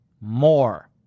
more